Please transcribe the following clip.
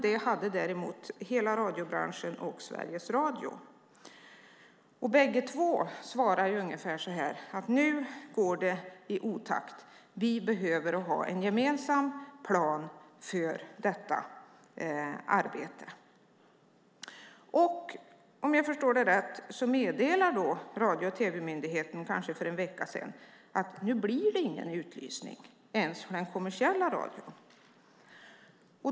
Det hade däremot hela radiobranschen och Sveriges Radio. De svarar ungefär så här: Nu går det i otakt. Vi behöver ha en gemensam plan för detta arbete. Om jag har förstått det rätt meddelade Myndigheten för radio och tv för en vecka sedan att det inte blir någon utlysning ens för den kommersiella radion.